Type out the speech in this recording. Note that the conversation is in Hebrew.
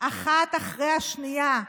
אחת אחרי השנייה,